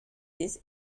this